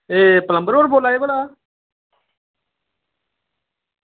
एह् प्लम्बर होर बोल्ला दे भला